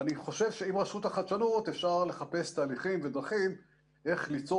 ואני חושב שעם רשות החדשנות אפשר לחפש תהליכים ודרכים איך ליצור